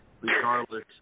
Regardless